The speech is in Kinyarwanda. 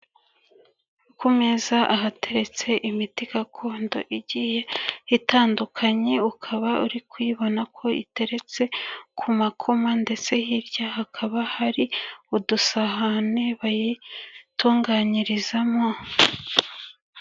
Ku meza ahateretse imiti gakondo igiye itandukanye ukaba uri kuyibona ko iteretse ku makoma ndetse hirya hakaba hari udusahane bayitunganyirizamo.